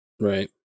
right